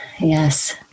yes